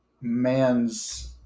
man's